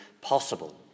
possible